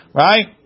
right